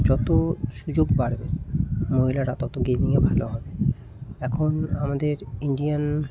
যতো সুযোগ বাড়বে মহিলারা তত গেমিংয়ে ভালো হবে এখন আমাদের ইন্ডিয়ান